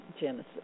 Genesis